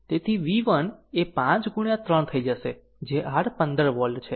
તેથી v 1 એ 5 ગુણ્યા 3 થઈ જશે જે r 15 વોલ્ટ છે